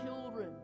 children